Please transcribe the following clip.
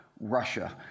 Russia